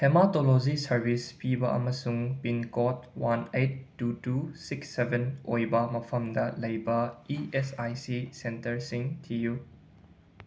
haematology service ꯄꯤꯕ ꯑꯃꯁꯨꯡ pin code one eight two two six seven ꯑꯣꯏꯕ ꯃꯐꯝꯗ ꯂꯩꯕ ꯏ ꯑꯦꯁ ꯑꯥꯏ ꯁꯤ ꯁꯦꯟꯇꯔꯁꯤꯡ ꯊꯤꯌꯨ